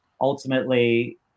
ultimately